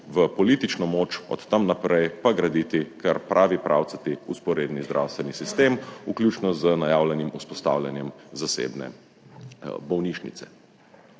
v politično moč, od tod naprej pa graditi kar pravi pravcati vzporedni zdravstveni sistem, vključno z najavljenim vzpostavljanjem zasebne bolnišnice.